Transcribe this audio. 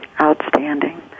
Outstanding